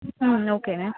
okay